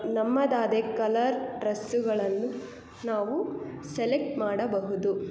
ನಮ್ಮದಾದ colour ಡ್ರೆಸ್ಸುಗಳನ್ನು ನಾವು select ಮಾಡಬಹುದು